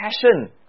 passion